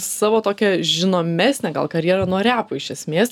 savo tokią žinomesnę gal karjerą nuo repo iš esmės